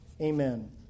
Amen